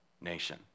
nation